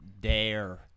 dare